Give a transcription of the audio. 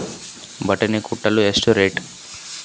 ಬಟಾಣಿ ಕುಂಟಲ ಎಷ್ಟು ರೇಟ್?